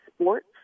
sports